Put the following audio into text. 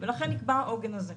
ולכן נקבע העוגן הזה.